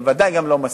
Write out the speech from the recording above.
ודאי גם לא מסתירים.